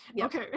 Okay